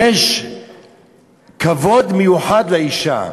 יש כבוד מיוחד לאישה,